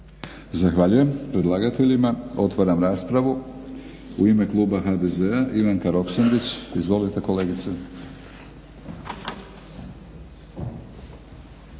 Zahvaljujem predlagateljima. Otvaram raspravu. U Ime Kluba HDZ-a Ivanka Roksandić. Izvolite kolegice.